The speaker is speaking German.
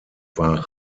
war